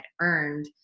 earned